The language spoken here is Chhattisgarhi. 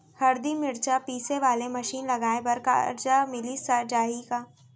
हरदी, मिरचा पीसे वाले मशीन लगाए बर करजा मिलिस जाही का?